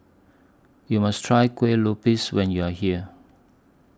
YOU must Try Kueh Lupis when YOU Are here